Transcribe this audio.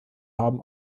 haben